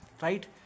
Right